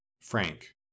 Frank